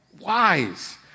Wise